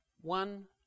one